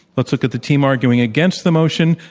let's look at the team arguing against the motion.